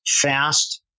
fast